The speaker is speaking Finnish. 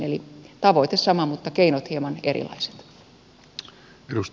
eli tavoite sama mutta keinot hieman erilaiset